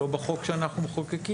לא בחוק שאנחנו מחוקקים.